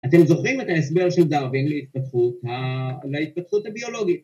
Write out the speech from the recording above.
אתם זוכרים את ההסבר של דרווין להתפתחות ה.. להתפתחות הביולוגית